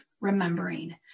remembering